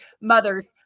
mothers